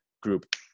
group